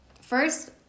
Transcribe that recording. First